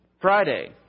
Friday